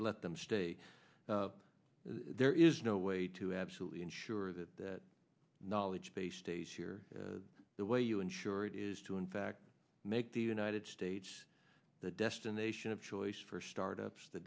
let them stay there is no way to absolutely ensure that the knowledge base stays here the way you insure it is to in fact make the united states the destination of choice for startups the